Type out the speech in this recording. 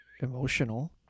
emotional